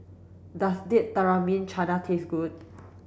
Does Date Tamarind Chutney taste good